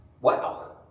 Wow